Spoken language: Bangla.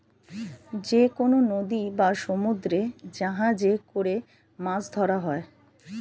যেকনো নদী বা সমুদ্রে জাহাজে করে মাছ ধরা হয়